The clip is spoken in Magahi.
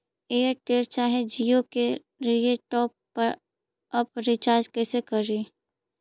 एयरटेल चाहे जियो के लिए टॉप अप रिचार्ज़ कैसे करी?